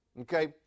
Okay